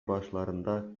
başlarında